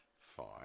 Fine